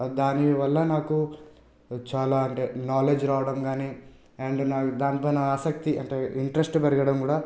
దానివల్ల నాకు చాలా అంటే నాలెడ్జ్ రావడం కాని అండ్ లేదు నా దానిపైన ఆసక్తి అంటే ఇంట్రెస్ట్ పెరగడం కూడా